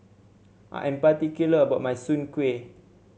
I'm particular about my Soon Kuih